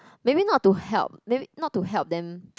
maybe not to help maybe not to help them